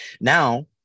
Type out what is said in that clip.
Now